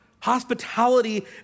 Hospitality